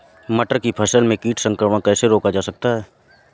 मटर की फसल में कीट संक्रमण कैसे रोका जा सकता है?